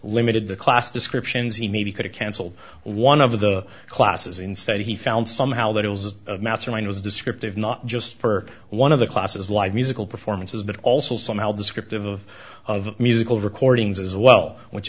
limited the class descriptions he made he could cancel one of the classes instead he found somehow that it was a mastermind was descriptive not just for one of the classes like musical performances but also somehow descriptive of musical recordings as well which